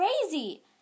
crazy